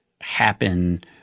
happen